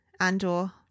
and/or